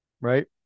right